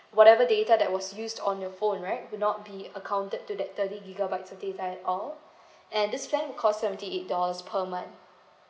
whatever data that was used on your phone right will not be accounted to that thirty gigabyte of data at all and this plan will cost seventy dollars per month